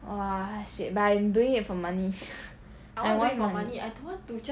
!wah! shit but I'm doing it for money I want more money